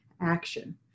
action